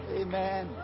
amen